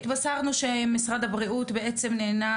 התבשרנו שמשרד הבריאות בעצם נענה